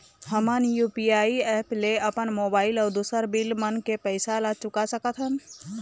हमन UPI app ले अपन मोबाइल अऊ दूसर बिल मन के पैसा ला चुका सकथन